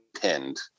pinned